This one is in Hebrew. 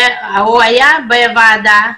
הוא היה בוועדה,